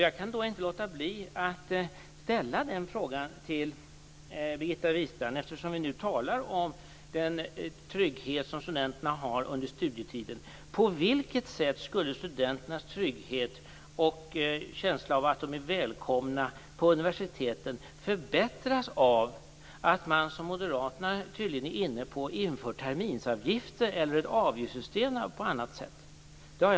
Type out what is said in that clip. Jag kan inte låta bli att ställa en fråga till Birgitta Wistrand, eftersom vi nu talar om den trygghet som studenterna har under studietiden. På vilket sätt skulle studenternas trygghet och känsla av att vara välkomna på universiteten förbättras av att man inför terminsavgifter eller annat avgiftssystem, vilket tydligen moderaterna är inne på?